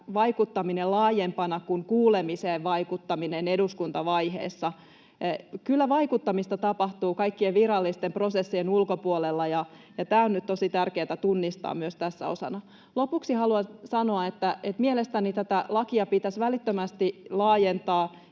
vaikuttaminen laajempana kuin kuulemiseen vaikuttaminen eduskuntavaiheessa. Kyllä vaikuttamista tapahtuu kaikkien virallisten prosessien ulkopuolella, ja tämä on nyt tosi tärkeätä tunnistaa myös tässä osana. Lopuksi haluan sanoa, että mielestäni tätä lakia pitäisi välittömästi laajentaa